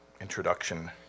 introduction